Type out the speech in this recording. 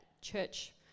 church